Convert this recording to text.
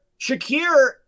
Shakir